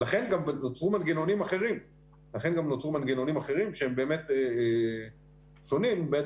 גם נוצרו מנגנונים אחרים שהם באמת שונים כי